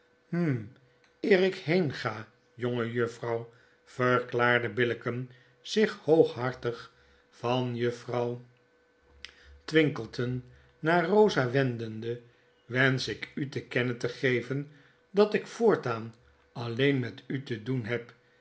hm eer ik heen ga jongejuffrouw verklaarde billicken zich hooghartig van juffrouw twinkleton naar bosa wendende wensch ik u te kennen te geven dat ik voortaan alleen met u te doen heb